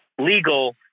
legal